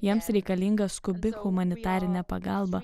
jiems reikalinga skubi humanitarinė pagalba